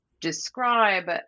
describe